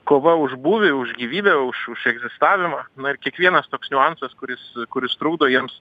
kova už būvį už gyvybę už už egzistavimą na ir kiekvienas toks niuansas kuris kuris trukdo jiems